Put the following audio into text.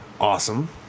Awesome